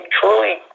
truly